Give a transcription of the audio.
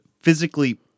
physically